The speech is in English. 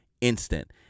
instant